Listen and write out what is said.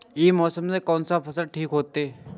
ई मौसम में कोन फसल ठीक होते?